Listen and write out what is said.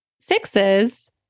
sixes